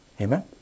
Amen